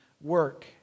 work